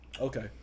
okay